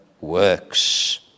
works